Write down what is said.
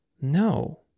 No